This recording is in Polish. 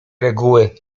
reguły